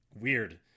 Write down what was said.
Weird